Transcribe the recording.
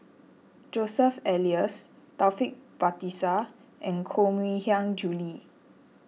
Joseph Elias Taufik Batisah and Koh Mui Hiang Julie